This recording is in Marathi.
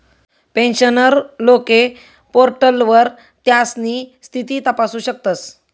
पेन्शनर लोके पोर्टलवर त्यास्नी स्थिती तपासू शकतस